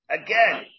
again